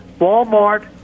Walmart